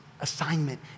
assignment